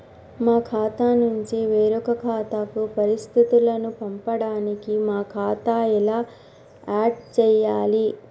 మా ఖాతా నుంచి వేరొక ఖాతాకు పరిస్థితులను పంపడానికి మా ఖాతా ఎలా ఆడ్ చేయాలి?